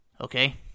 Okay